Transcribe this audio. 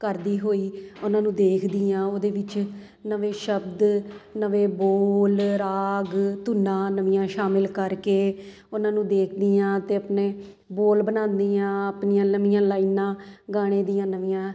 ਕਰਦੀ ਹੋਈ ਉਹਨਾਂ ਨੂੰ ਦੇਖਦੀ ਹਾਂ ਉਹਦੇ ਵਿੱਚ ਨਵੇਂ ਸ਼ਬਦ ਨਵੇਂ ਬੋਲ ਰਾਗ ਧੁਨਾਂ ਨਵੀਆਂ ਸ਼ਾਮਿਲ ਕਰਕੇ ਉਹਨਾਂ ਨੂੰ ਦੇਖਦੀ ਹਾਂ ਅਤੇ ਆਪਣੇ ਬੋਲ ਬਣਾਉਂਦੀ ਹਾਂ ਆਪਣੀਆਂ ਲੰਬੀਆਂ ਲਾਈਨਾਂ ਗਾਣੇ ਦੀਆਂ ਨਵੀਆਂ